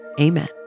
amen